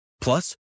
Plus